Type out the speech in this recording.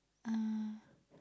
uh